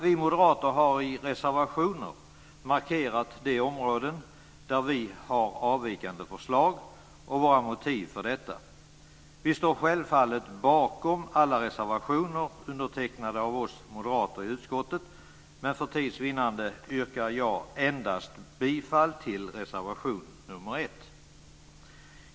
Vi moderater har i reservationer markerat de områden där vi har avvikande förslag och våra motiv för detta. Vi står självfallet bakom alla reservationer undertecknade av oss moderater i utskottet, men för tids vinnande yrkar jag bifall endast till reservation nr 1.